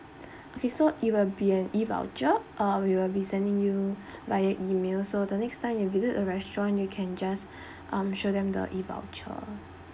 okay so it will be an E voucher uh we will be sending you via email so the next time you visit a restaurant you can just um show them the E voucher